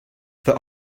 that